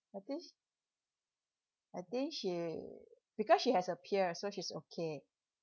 I think sh~ I think she because she has a peer so she's okay